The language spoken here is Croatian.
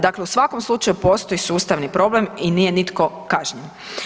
Dakle u svakom slučaju postoji sustavni problem i nije nitko kažnjen.